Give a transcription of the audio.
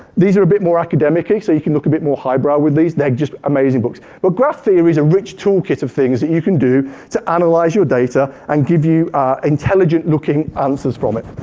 these are a bit more academic, so you can look a bit more high brow with these. they're just amazing books. but graph theory's a rich toolkit of things that you can do to analyze your data and give you intelligent looking answers from it.